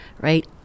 right